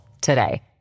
today